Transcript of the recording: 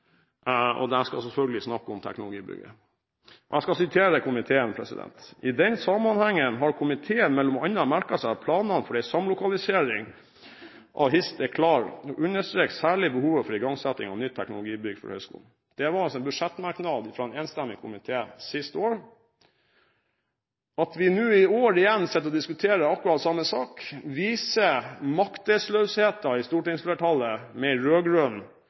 HiST. Jeg skal selvfølgelig snakke om teknologibygget. Jeg siterer fra komiteens innstilling fra sist år: «I den samanhengen har komiteen mellom anna merka seg at planane for ei samlokalisering av HiST er klare, og understrekar særleg behovet for igangsetting av nytt teknologibygg for høgskulen.» Det var altså en budsjettmerknad fra en enstemmig komité sist år. At vi nå i år igjen sitter og diskuterer akkurat samme sak, viser maktesløsheten i stortingsflertallet med